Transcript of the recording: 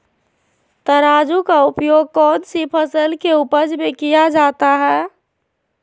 तराजू का उपयोग कौन सी फसल के उपज में किया जाता है?